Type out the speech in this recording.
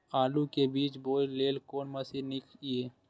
आलु के बीज बोय लेल कोन मशीन नीक ईय?